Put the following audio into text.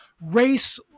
race